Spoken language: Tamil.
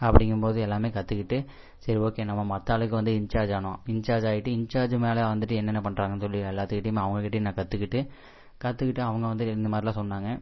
அப்படிங்கும்போது எல்லாமே கற்றுக்கிட்டு சரி ஓகே நம்ம மற்ற ஆளுக்கு வந்து இன்சார்ஜ் ஆனோம் இன்சார்ஜ் ஆகிட்டு இன்சார்ஜ் மேலே வந்துவிட்டு என்னென்ன பண்ணுறாங்கன்னு சொல்லி எல்லாத்துக்கிட்டேயுமே அவங்க கிட்டேயும் நான் கற்றுக்கிட்டு கற்றுக்கிட்டு அவங்க வந்து இது இந்தமாதிரிலாம் சொன்னாங்க